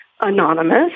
anonymous